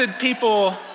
people